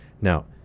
Now